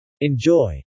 Enjoy